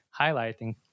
highlighting